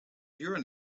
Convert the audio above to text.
your